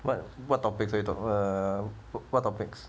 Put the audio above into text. what what topics you talk uh what topics